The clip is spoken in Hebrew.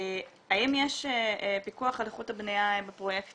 האם יש פיקוח על איכות הבנייה בפרויקטים?